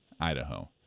Idaho